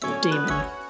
demon